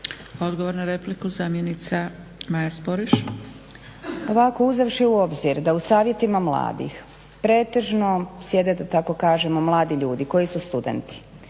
Odgovor na repliku, zamjenica Maja Sporiš. **Sporiš, Maja** Ovako, uzevši u obzir da u Savjetima mladih pretežno sjede da tako kažemo mladi ljudi koji su studenti,